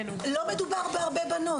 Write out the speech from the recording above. לא מדובר בהרבה בנות.